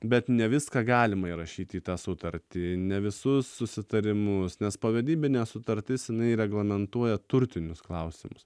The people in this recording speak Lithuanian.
bet ne viską galima įrašyti į tą sutartį ne visus susitarimus nes povedybinė sutartis jinai reglamentuoja turtinius klausimus